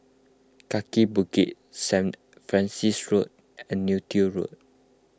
Kaki Bukit St Francis Road and Neo Tiew Road